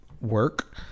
work